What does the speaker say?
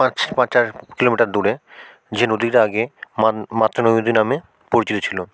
পাঁচ বা চার কিলোমিটার দূরে যে নদীটা আগে মান মাতৃ নদীটি নামে পরিচিত ছিলো